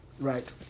Right